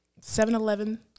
7-Eleven